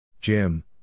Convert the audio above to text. Jim